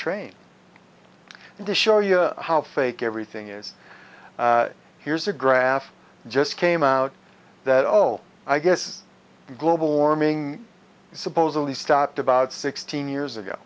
train and to show you how fake everything is here's a graph just came out that oh i guess global warming is supposedly stopped about sixteen years ago